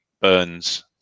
Burns